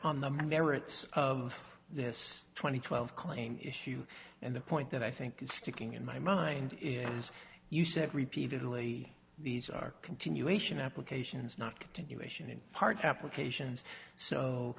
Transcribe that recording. on the merits of this two thousand and twelve claim issue and the point that i think is sticking in my mind as you said repeatedly these are continuation applications not continuation in part applications so